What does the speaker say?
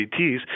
CTs